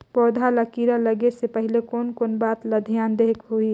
पौध ला कीरा लगे से पहले कोन कोन बात ला धियान देहेक होही?